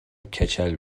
کچل